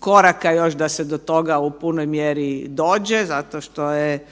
koraka još da se do toga u punoj mjeri dođe zato što je